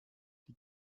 die